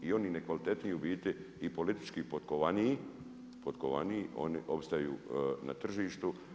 I oni nekvalitetnije u biti i politički potkovaniji, oni opstaju na tržištu.